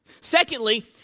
Secondly